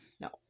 No